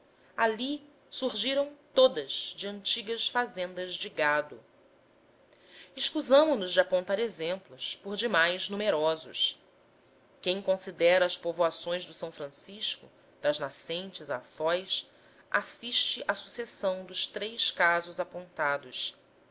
ali surgiram todas de antigas fazendas de gado escusamo nos de apontar exemplos por demais numerosos quem considera as povoações do s francisco das nascentes à foz assiste à sucessão dos três casos apontados